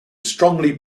strongly